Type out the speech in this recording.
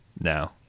Now